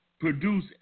produce